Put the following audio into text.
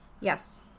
Yes